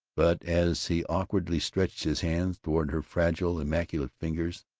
but as he awkwardly stretched his hand toward her fragile, immaculate fingers,